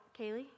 Kaylee